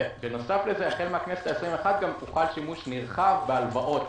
בנוסף, החל מהכנסת ה-21 הוחל שימוש נרחב בהלוואות.